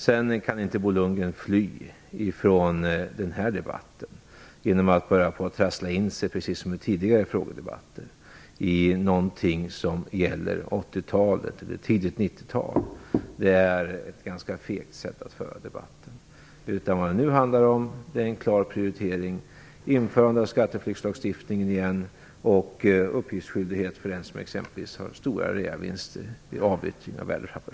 Bo Lundgren kan inte fly från debatten genom att bara trassla in sig, precis som i tidigare frågedebatter, i någonting som gäller 80-talet och tidigt 90-tal. Det är ett ganska fegt sätt att föra debatten. Vad det nu handlar om är en klar prioritering, införande av skatteflyktslagstiftningen igen och uppgiftsskyldighet för en som exempelvis gör stora reavinster vid avyttring av värdepapper.